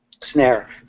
Snare